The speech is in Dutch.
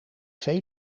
veel